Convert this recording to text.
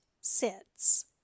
Sits